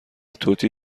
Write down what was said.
توتی